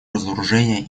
разоружения